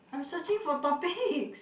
I'm searching for topics